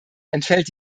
entfällt